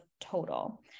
total